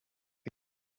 you